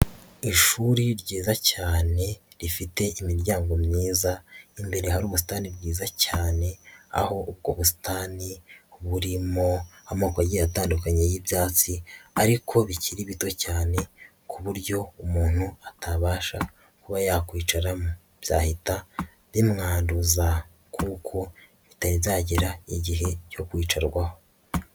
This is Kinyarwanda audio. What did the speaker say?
Ishuri ryiza cyane rifite imiryango myiza, imbere hari ubusitani bwiza cyane. Aho ubwo busitani burimo amoko agiye atandukanye y'ibyatsi ariko bikiri bito cyane ku buryo umuntu atabasha kuba yakwicaramo. Byahita bimwanduza kuko bitari byagera igihe cyo kwicarwaho.